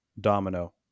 domino